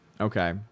okay